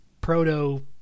proto